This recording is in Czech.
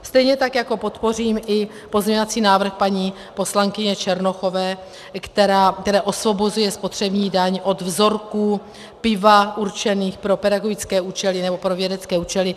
Stejně tak podpořím i pozměňovací návrh paní poslankyně Černochové, která osvobozuje spotřební daň od vzorků piva určených pro pedagogické účely nebo pro vědecké účely.